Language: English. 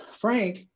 Frank